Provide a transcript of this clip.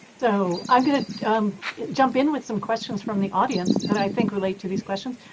so i'm going to jump in with some questions from the audience that i think relate to these questions.